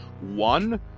One